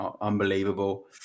unbelievable